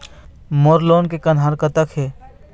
मोर loan के कन्हार कतक हे?